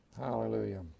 Hallelujah